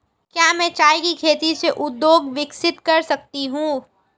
क्या मैं चाय की खेती से उद्योग विकसित कर सकती हूं?